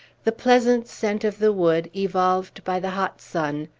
the pleasant scent of the wood, evolved by the hot sun,